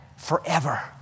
forever